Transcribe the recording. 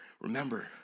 remember